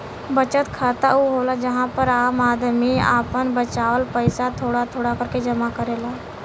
बचत खाता ऊ होला जहां पर आम आदमी आपन बचावल पइसा थोड़ा थोड़ा करके जमा करेला